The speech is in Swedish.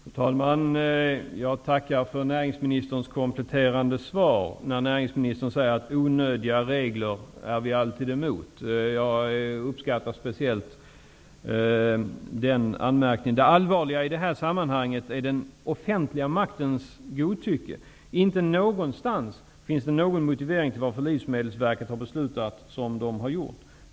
Fru talman! Jag uppskattade speciellt näringsministerns kompletterande anmärkning att man alltid är emot onödiga regler, och jag tackar för den. Det allvarliga i detta sammanhang är den offentliga maktens godtycke. Det finns inte någonstans någon motivering till att Livsmedelsverket har beslutat som det har gjort.